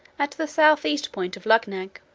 at the south-east point of luggnagg.